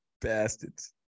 Bastards